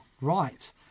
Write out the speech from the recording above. right